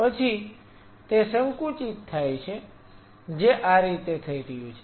પછી તે સંકુચિત થાય છે જે આ રીતે થઈ રહ્યું છે